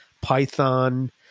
Python